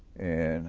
and